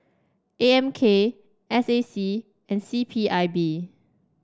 A M K S A C and C P I B